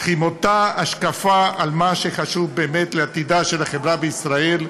אך עם אותה השקפה על מה שחשוב באמת לעתידה של החברה בישראל,